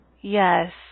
Yes